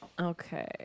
Okay